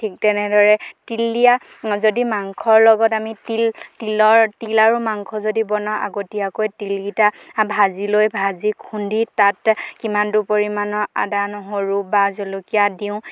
ঠিক তেনেদৰে তিল দিয়া যদি মাংসৰ লগত আমি তিল তিলৰ তিল আৰু মাংস যদি বনাওঁ আগতীয়াকৈ তিলগিটা ভাজি লৈ ভাজি খুন্দি তাত কিমানটো পৰিমাণৰ আদা নহৰু বা জলকীয়া দিওঁ